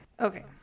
Okay